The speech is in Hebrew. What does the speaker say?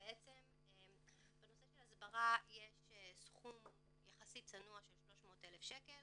בנושא של הסברה יש סכום יחסית צנוע של 300,000 שקל